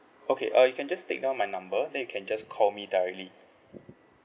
okay uh you can just take down my number then you can just call me directly